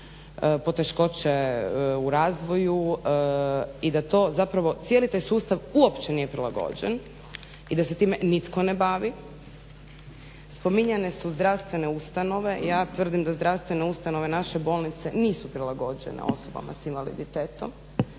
poteškoće u razvoju i da to zapravo cijeli taj sustav uopće nije prilagođen i da se time nitko ne bavi. Spominjane su zdravstvene ustanove. Ja tvrdim da zdravstvene ustanove naše bolnice nisu prilagođene osobama s invaliditetom.